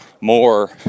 more